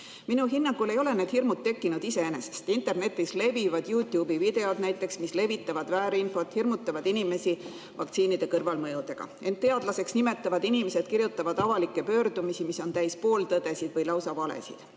Minu hinnangul ei ole need hirmud tekkinud iseenesest. Internetis levivad näiteks YouTube'i videod, mis levitavad väärinfot, hirmutavad inimesi vaktsiinide kõrvalmõjudega. End teadlaseks nimetavad inimesed kirjutavad avalikke pöördumisi, mis on täis pooltõdesid või lausa valesid.